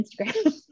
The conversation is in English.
Instagram